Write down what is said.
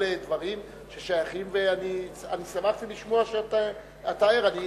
ואני שמחתי לשמוע שאתה ער לזה.